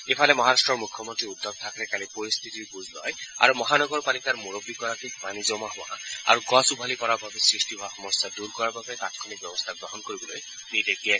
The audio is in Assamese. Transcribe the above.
ইফালে মহাৰট্ট মুখ্যমন্ত্ৰী উদ্ধব থাকৰে কালি পৰিস্থিতিৰ বুজ লয় আৰু মহানগৰপালিকাৰ মুৰববী গৰাকীক পানী জমা হোৱা আৰু গছ উভালি পৰাৰ বাবে সৃষ্টি হোৱা সমস্যা দুৰ কৰাৰ বাবে তাৎক্ষণিক ব্যৱস্থা গ্ৰহণ কৰিবলৈ নিৰ্দেশ দিছে